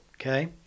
Okay